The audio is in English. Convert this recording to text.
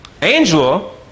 angela